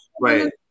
right